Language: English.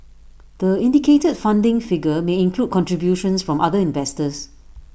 the indicated funding figure may include contributions from other investors